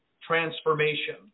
transformation